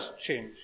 change